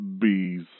Bees